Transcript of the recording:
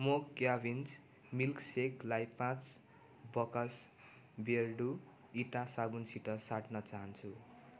म क्याभिन्स मिल्कसेकलाई पाँच बाकस बियरडु इँटा साबुनसित साट्न चाहन्छु